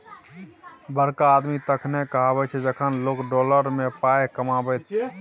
बड़का आदमी तखने कहाबै छै जखन लोक डॉलर मे पाय कमाबैत छै